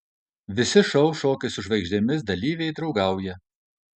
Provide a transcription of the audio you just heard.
visi šou šokiai su žvaigždėmis dalyviai draugauja